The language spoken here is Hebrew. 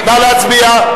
נא להצביע.